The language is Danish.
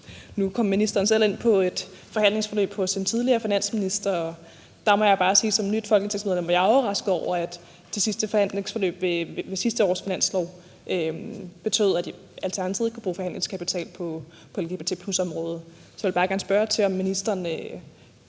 tale. Ministeren kom selv ind på et forhandlingsforløb hos en tidligere finansminister, og der må jeg bare sige, at jeg som nyt folketingsmedlem var overrasket over, at forhandlingsforløbet i forbindelse med sidste års finanslov betød, at Alternativet ikke kunne bruge forhandlingskapital på lgbt+ området. Jeg vil bare gerne spørge, om ministeren